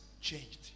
changed